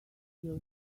your